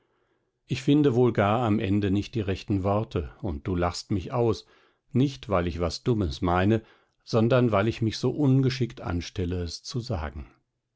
ich finde wohl gar am ende nicht die rechten worte und du lachst mich aus nicht weil ich was dummes meine sondern weil ich mich so ungeschickt anstelle es zu sagen